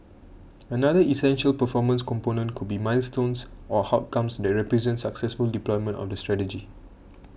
another essential performance component could be milestones or outcomes that represent successful deployment of the strategy